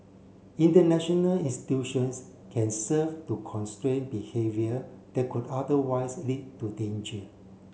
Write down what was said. international institutions can serve to constrain behaviour that could otherwise lead to danger